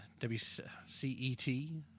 WCET